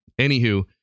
anywho